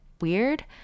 Weird